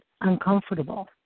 uncomfortable